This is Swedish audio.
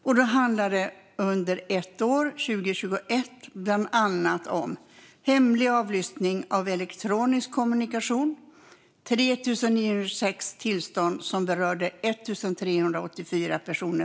Under år 2021 handlar det om följande: I fråga om hemlig avlyssning av elektronisk kommunikation var det 3 926 tillstånd som berörde primärt 1 384 personer.